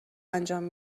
انجام